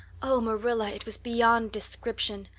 oh, marilla, it was beyond description.